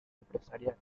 empresarial